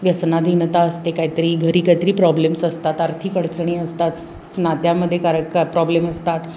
व्यसनाधीनता असते काहीतरी घरी काहीतरी प्रॉब्लेम्स असतात आर्थिक अडचणी असतात नात्यामध्ये काही प्रॉब्लेम असतात